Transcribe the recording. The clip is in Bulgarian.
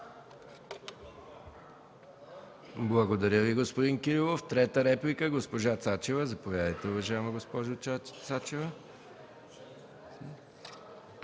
Благодаря Ви, господин Кирилов. Трета реплика – госпожа Цачева. Заповядайте, уважаема госпожо Цачева.